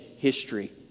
history